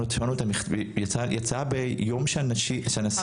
יצא ביום שהנשיא דיבר,